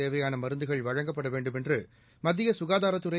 தேவையான மருந்துகள் வழங்கப்பட வேண்டும் என்று மத்திய சுகாதாரத்துறை